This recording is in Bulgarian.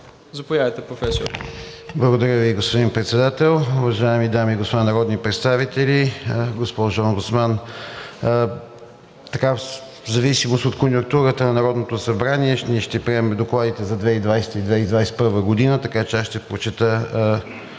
АНДРЕЙ ЧОРБАНОВ: Благодаря Ви, господин Председател. Уважаеми дами и господа народни представители, госпожо Омбудсман! В зависимост от конюнктурата на Народното събрание ние ще приемем докладите за 2020 г. и 2021 г., така че аз ще прочета